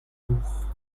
jours